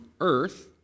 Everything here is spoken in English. earth